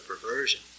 perversion